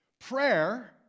Prayer